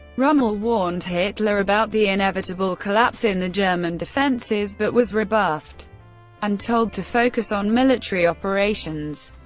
rommel warned hitler about the inevitable collapse in the german defences, but was rebuffed and told to focus on military operations.